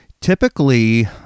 typically